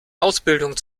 ausbildung